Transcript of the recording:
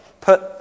put